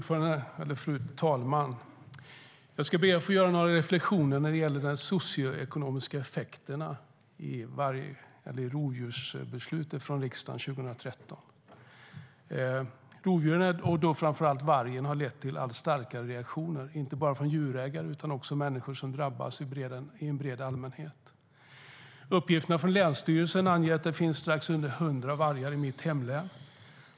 Fru talman! Jag ska be att få göra några reflexioner när det gäller de socioekonomiska effekterna av riksdagens rovdjursbeslut från 2013. Rovdjuren och framför allt vargen har lett till allt starkare reaktioner, inte bara från djurägare utan också från människor som drabbas, en bred allmänhet. Uppgifterna från länsstyrelsen anger att det finns strax under 100 vargar i mitt hemlän.